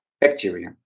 bacteria